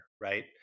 right